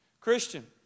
Christian